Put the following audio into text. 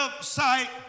sight